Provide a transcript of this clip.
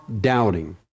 doubting